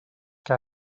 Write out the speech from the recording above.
que